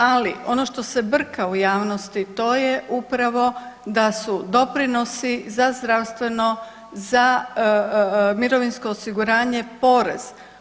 Ali ono što se brka u javnosti to je upravo da su doprinosi za zdravstveno, za mirovinsko osiguranje porez.